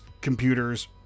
computers